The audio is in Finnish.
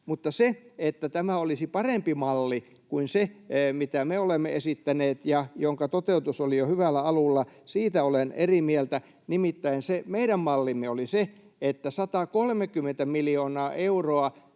Mutta siitä, että tämä olisi parempi malli kuin se, mitä me olemme esittäneet ja jonka toteutus oli jo hyvällä alulla, olen eri mieltä. Nimittäin se meidän mallimme oli se, että 130 miljoonaa euroa